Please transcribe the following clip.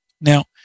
Now